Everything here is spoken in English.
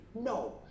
No